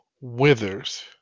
Withers